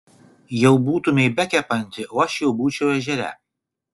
jau būtumei bekepanti o aš jau būčiau ežere